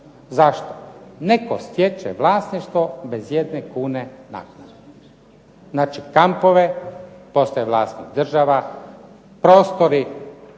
Zašto? Netko stječe vlasništvo bez jedne kune naknade, znači kampove to ostaje vlasnik država, prostori